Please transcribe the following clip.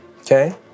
Okay